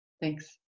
Thanks